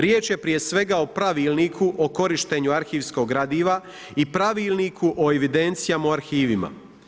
Riječ je prije svega o Pravilniku o korištenju arhivskog gradiva i Pravilniku o evidencijama u arhivima.